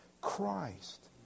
Christ